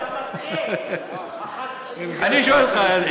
לא, לא, אתה מטעה.